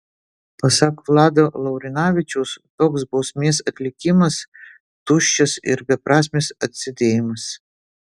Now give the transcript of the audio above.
pasak vlado laurinavičiaus toks bausmės atlikimas tuščias ir beprasmis atsėdėjimas